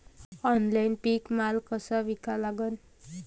Online पीक माल कसा विका लागन?